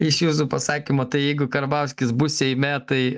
iš jūsų pasakymo tai jeigu karbauskis bus seime tai